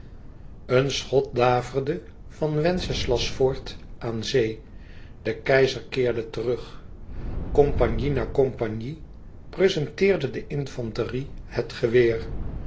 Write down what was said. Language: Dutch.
een schot daverde van wenceslasfort aan zee de keizer keerde terug compagnie na compagnie prezenteerde de infanterie het geweer